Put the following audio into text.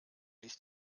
ließ